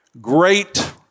great